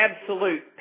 absolute